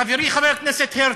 חברי חבר הכנסת הרצוג,